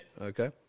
Okay